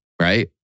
right